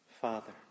Father